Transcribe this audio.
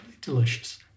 delicious